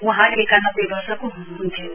वहाँ एकानब्बे वर्षको हनुहन्थ्यो